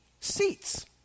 seats